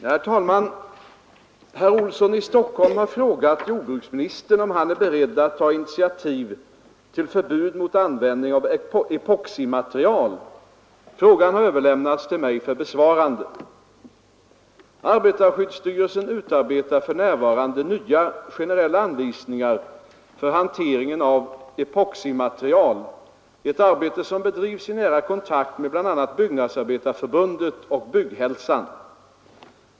Herr talman! Herr Olsson i Stockholm har frågat jordbruksministern om han är beredd att ta initiativ till förbud mot användning av epoximaterial. Frågan har överlämnats till mig för besvarande. Arbetarskyddsstyrelsen utarbetar för närvarande nya, generella anvisningar för hanteringen av epoximaterial, ett arbete som bedrivs i nära kontakt med bl.a. Byggnadsarbetareförbundet och Bygghälsan.